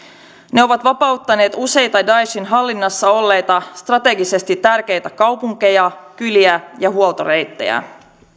ne ovat vapauttaneet useita daeshin hallinnassa olleita strategisesti tärkeitä kaupunkeja kyliä ja huoltoreittejä